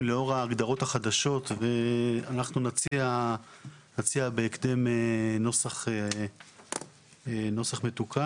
לאור ההגדרות החדשות ואנחנו נציע בהקדם נוסח מתוקן,